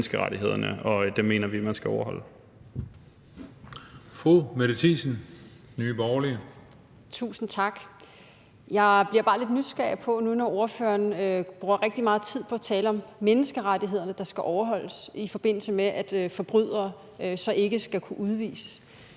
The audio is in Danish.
Mette Thiesen, Nye Borgerlige. Kl. 14:50 Mette Thiesen (NB): Tusind tak. Jeg bliver bare lidt nysgerrig på nu, når ordføreren bruger rigtig meget tid på at tale om menneskerettighederne, der skal overholdes, i forbindelse med at forbrydere så ikke skal kunne udvises: